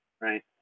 right